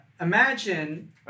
Imagine